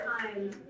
time